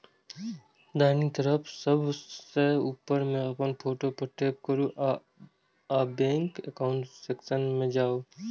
दाहिना तरफ सबसं ऊपर मे अपन फोटो पर टैप करू आ बैंक एकाउंट सेक्शन मे जाउ